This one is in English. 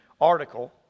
article